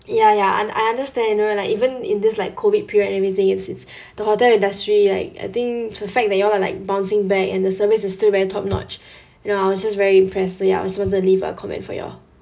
ya ya I I understand you know like even in this like COVID period and everything is is the hotel industry like I think the fact that you all are like bouncing back and the service is still very top notch you know I was just very impressed so ya I just wanted to leave a comment for you all